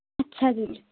ਅੱਛਾ ਜੀ